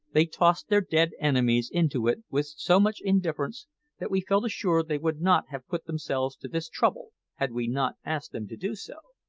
they tossed their dead enemies into it with so much indifference that we felt assured they would not have put themselves to this trouble had we not asked them to do so.